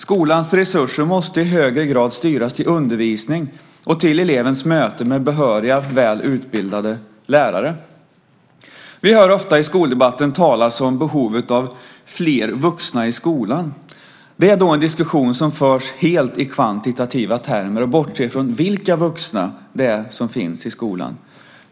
Skolans resurser måste i högre grad styras till undervisning och till elevens möte med behöriga, väl utbildade lärare. Vi hör ofta i skoldebatten talas om behovet av fler vuxna i skolan. Det är en diskussion som förs helt i kvantitativa termer och bortser från vilka vuxna som finns i skolan.